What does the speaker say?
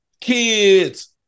kids